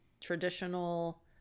traditional